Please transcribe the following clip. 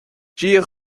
dia